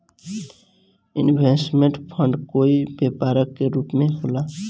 investment fund कोई व्यापार के रूप में होला